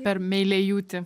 per meiliajūtį